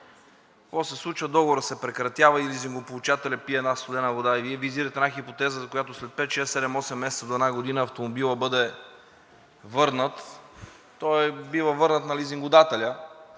какво се случва? Договорът се прекратява и лизингополучателят пие една студена вода. Вие визирате една хипотеза, за която след 5, 6, 7, 8 месеца до една година, автомобилът бъде върнат, той е бил върнат на лизингодателя,